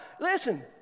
Listen